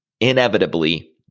inevitably